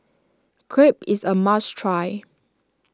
Crepe is a must try